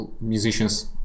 musician's